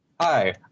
Hi